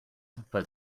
but